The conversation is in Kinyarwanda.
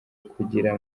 kugira